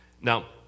Now